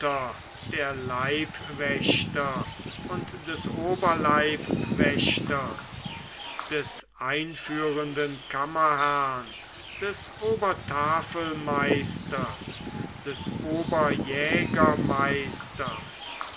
der leibwächter und des oberleibwächters des einführenden kammerherrn des obertafelmeisters des oberjägermeisters